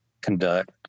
conduct